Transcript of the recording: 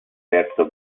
verso